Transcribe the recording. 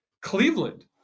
Cleveland